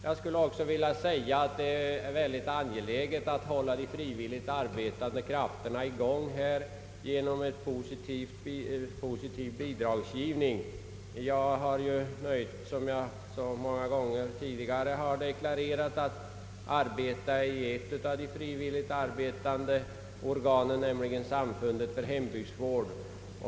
Jag skulle också vilja säga att det är väldigt angeläget att hålla de frivilligt arbetande krafterna i gång genom en positiv bidragsgivning. Som jag många gånger tidigare har deklarerat har jag nöjet att hjälpa till i ett av de frivilligt arbetande organen, nämligen Samfundet för hembygdsvård.